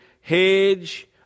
hedge